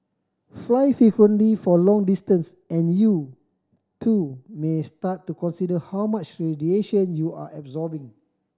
fly frequently for long distance and you too may start to consider how much radiation you're absorbing